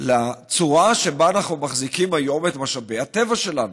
על הצורה שבה אנחנו מחזיקים היום את משאבי הטבע שלנו,